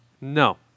No